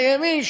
בימין,